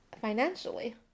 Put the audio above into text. financially